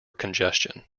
congestion